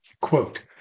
Quote